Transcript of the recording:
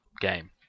game